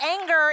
anger